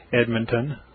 Edmonton